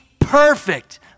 perfect